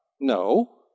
No